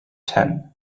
tan